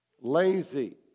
lazy